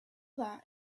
that